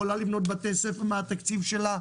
יכולה לבנות בתי ספר מהתקציב שלה,